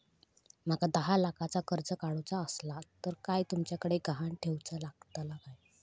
माका दहा लाखाचा कर्ज काढूचा असला तर काय तुमच्याकडे ग्हाण ठेवूचा लागात काय?